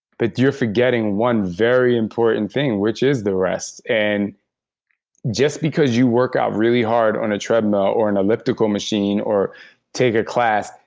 but you're forgetting one very important thing, which is the rest. and just because you work out really hard on a treadmill or an elliptical machine or take a class,